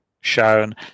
shown